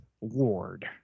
Ward